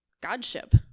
Godship